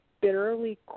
bitterly